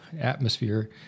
atmosphere